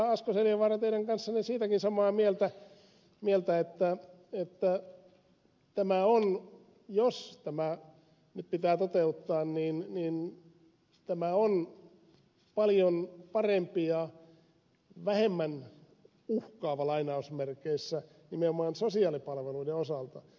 asko seljavaara teidän kanssanne siitäkin samaa mieltä että tämä on jos tämä nyt pitää toteuttaa paljon parempi ja vähemmän uhkaava lainausmerkeissä nimenomaan sosiaalipalveluiden osalta